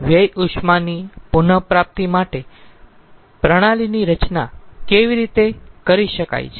વ્યય ઉષ્માની પુન પ્રાપ્તિ માટે પ્રણાલીની રચના કેવી રીતે કરી શકાય છે